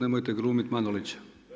Nemojte glumit Manolića.